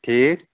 ٹھیٖک